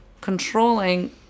controlling